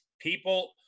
people